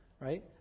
right